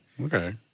okay